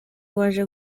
waje